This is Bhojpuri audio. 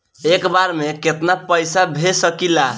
हम एक बार में केतना पैसा भेज सकिला?